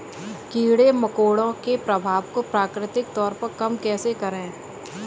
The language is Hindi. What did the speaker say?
कीड़े मकोड़ों के प्रभाव को प्राकृतिक तौर पर कम कैसे करें?